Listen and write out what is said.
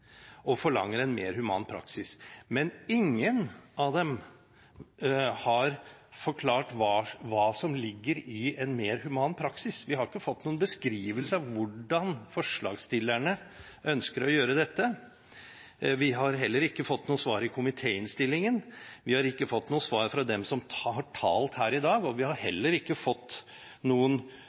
og forlanger en mer human praksis. Men ingen av dem har forklart hva som ligger i en mer human praksis. Vi har ikke fått noen beskrivelse av hvordan forslagsstillerne ønsker å gjøre dette. Vi har heller ikke fått noe svar i komitéinnstillingen. Vi har ikke fått noe svar fra dem som har talt her i dag, og vi har heller ikke fått